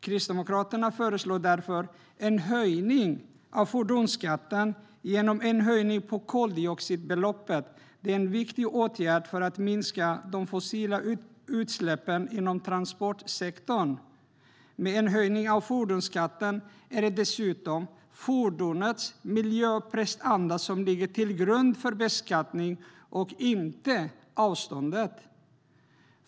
Kristdemokraterna föreslår därför en höjning av fordonsskatten genom en höjning på koldioxidbeloppet. Det är en viktig åtgärd för att minska de fossila utsläppen inom transportsektorn. Med en höjning av fordonsskatten är det dessutom fordonets miljöprestanda som ligger till grund för beskattning och inte avståndet.